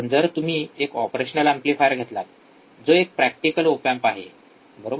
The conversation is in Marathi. पण जर तुम्ही एक ऑपरेशनल एम्प्लीफायर घेतलात जो एक प्रॅक्टिकल ओप एम्प आहे बरोबर